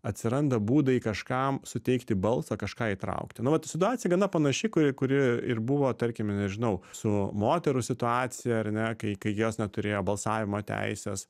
atsiranda būdai kažkam suteikti balsą kažką įtraukti nu vat situacija gana panaši kuri kuri ir buvo tarkime nežinau su moterų situacija ar ne kai kai jos neturėjo balsavimo teisės